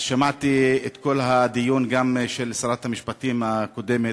אז שמעתי את כל הדיון, גם את שרת המשפטים הקודמת,